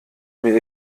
mir